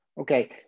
Okay